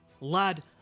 lad